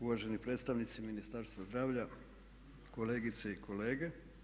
Uvaženi predstavnici Ministarstva zdravlja, kolegice i kolege.